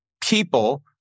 people